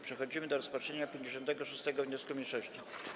Przechodzimy do rozpatrzenia 56. wniosku mniejszości.